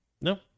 No